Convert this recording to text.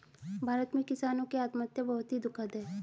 भारत में किसानों की आत्महत्या बहुत ही दुखद है